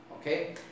okay